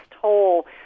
toll